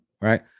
Right